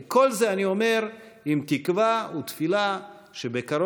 ואת כל זה אני אומר בתקווה ובתפילה שבקרוב